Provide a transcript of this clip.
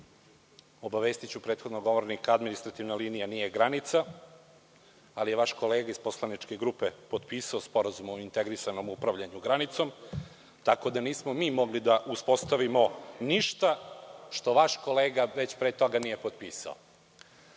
liniji. Obavestiću prethodnog govornika da administrativna linija nije granica, ali je vaš kolega iz poslaničke grupe potpisao Sporazum o integrisanom upravljanju granicom, tako da nismo mi mogli da uspostavimo ništa što vaš kolega već pre toga nije potpisao. Hvalili